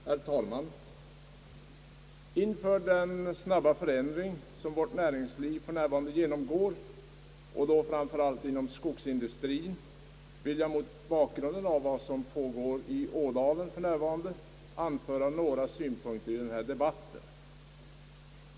Herr talman! Inför den snabba förändring vårt näringsliv för närvarande genomgår, och då framför allt inom skogsindustrien, vill jag mot bakgrunden av vad som pågår i Ådalen anföra några synpunkter i denna debatt.